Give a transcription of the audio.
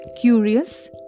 Curious